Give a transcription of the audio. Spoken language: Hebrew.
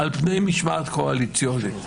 על פני משמעת קואליציונית.